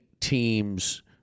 teams